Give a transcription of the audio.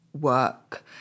work